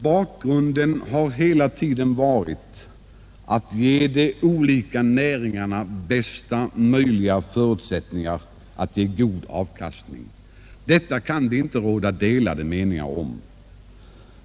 Bakgrunden har emellertid hela tiden varit att man velat ge de olika näringarna bästa möjliga förutsättningar att ge god avkastning. Om detta kan det inte råda delade meningar.